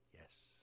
Yes